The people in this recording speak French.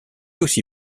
aussi